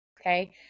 Okay